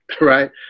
right